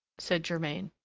said germain.